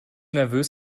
nervös